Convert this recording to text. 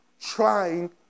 trying